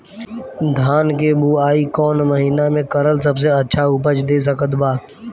धान के बुआई कौन महीना मे करल सबसे अच्छा उपज दे सकत बा?